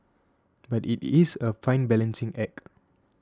but it is a fine balancing act